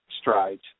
strides